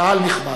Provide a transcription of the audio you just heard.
קהל נכבד,